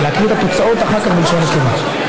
להקריא את התוצאות אחר כך בלשון נקבה.